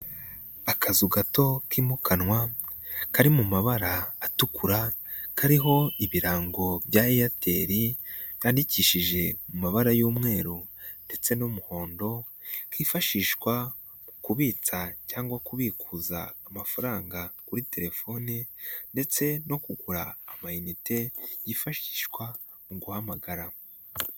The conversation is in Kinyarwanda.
Akazu gato kimukanwa kari mu mabara atukura kariho ibirango bya Airtel byandikishije mu mabara y'umweru ndetse n'umuhondo kifashishwa mu kubitsa cyangwa kubikuza amafaranga kuri telefoni ndetse no kugura amayinite yifashishwa mu guhamagara.